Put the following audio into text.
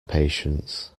patients